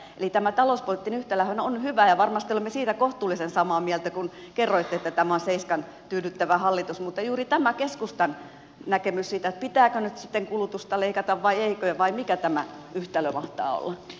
eli tämä talouspoliittinen yhtälöhän on hyvä ja varmasti olemme siitä kohtuullisen samaa mieltä kun kerroitte että tämä on seiskan tyydyttävä hallitus mutta ihmettelen juuri tätä keskustan näkemystä pitääkö nyt sitten kulutusta leikata vai eikö vai mikä tämä yhtälö mahtaa olla